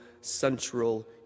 central